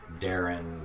darren